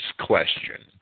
question